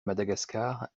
madagascar